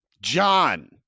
John